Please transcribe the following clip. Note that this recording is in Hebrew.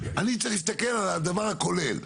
אני צריך להסתכל על הדבר הכולל,